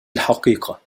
الحقيقة